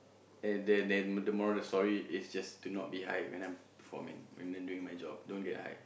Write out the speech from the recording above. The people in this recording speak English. and then and the moral of the story is just to not be high when I'm performing when then doing my job don't get high